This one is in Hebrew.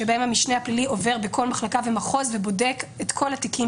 שבהן המשנה הפלילי עובר בכל מחלקה ומחוז ובודק את כל התיקים